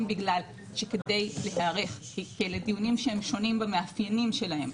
אם בגלל שכדי להיערך לדיונים שהם שונים במאפיינים שלהם,